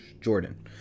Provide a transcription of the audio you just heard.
Jordan